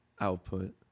output